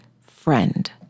friend